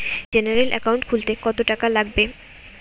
General account খুলতে কত টাকা লাগবে?